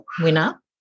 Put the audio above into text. winner